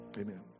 Amen